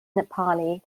nepali